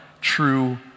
true